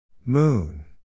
Moon